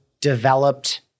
developed